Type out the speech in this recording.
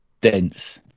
dense